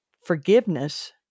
forgiveness